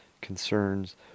concerns